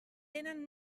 tenen